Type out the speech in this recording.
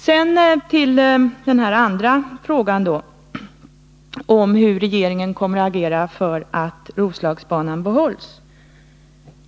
Sedan till min andra fråga, den om hur regeringen kommer att agera för att Roslagsbanan behålls.